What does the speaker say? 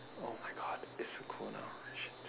oh my god it's so cold now shit